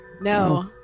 No